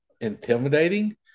intimidating